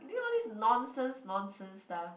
you doing all these nonsense nonsense stuff